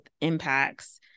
impacts